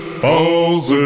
falls